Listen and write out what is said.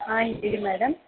ಹಾಂ ಇದ್ದೀರಿ ಮ್ಯಾಡಮ್